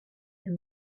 and